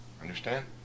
understand